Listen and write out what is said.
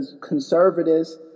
conservatives